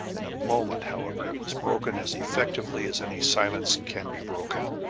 in a moment, however, it was broken as effectively as any silence can be broken.